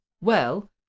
Well